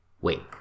Wait